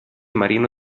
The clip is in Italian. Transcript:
marino